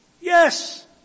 Yes